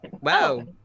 Wow